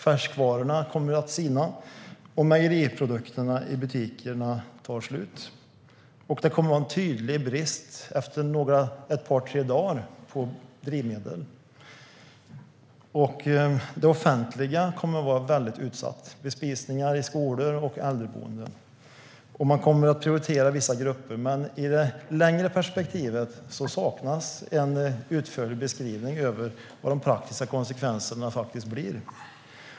Färskvarorna skulle sina, och mejeriprodukterna skulle ta slut i butikerna. Det skulle också efter ett par tre dagar bli en tydlig brist på drivmedel. Det offentliga kommer att bli utsatt. Det gäller bespisningar på skolor och äldreboenden. Man kommer att prioritera vissa grupper. Men i det längre perspektivet saknas en utförlig beskrivning av de praktiska konsekvenserna.